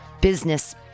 business